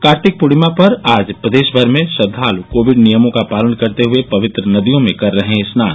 कार्तिक पूर्णिमा पर आज प्रदेश भर में श्रद्वालु कोविड नियमों का पालन करते हुए पवित्र नदियों में कर रहे हैं स्नान